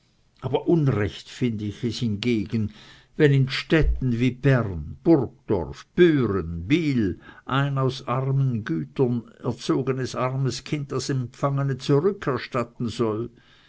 aber unrecht finde ich es hingegen wenn in städten wie bern burgdorf büren biel ein aus armengütern erzogenes armes kind das empfangene zurückerstatten soll